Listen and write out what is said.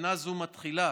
שנה זו מתחילה